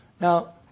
Now